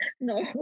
No